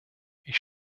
ich